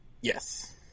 Yes